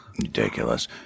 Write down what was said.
Ridiculous